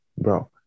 Bro